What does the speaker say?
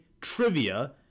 trivia